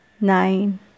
nine